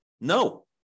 No